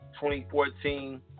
2014